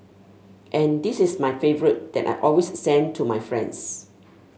and this is my favourite that I always send to my friends